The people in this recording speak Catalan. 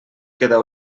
queda